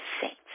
saints